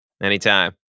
Anytime